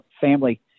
family